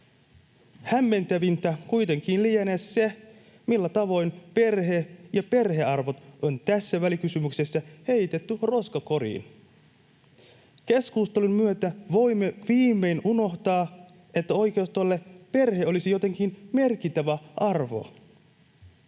Hämmentävintä kuitenkin lienee se, millä tavoin perhe ja perhearvot on tässä välikysymyksessä heitetty roskakoriin. Keskustelun myötä voimme viimein unohtaa, että oikeistolle perhe olisi jotenkin merkittävä arvo.